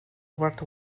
worked